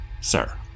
Sir